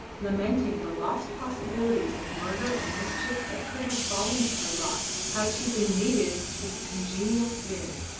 lamenting the lost possibilities of murder and mischief that could have fallen to her lot had she been mated with a congenial spirit.